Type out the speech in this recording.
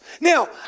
Now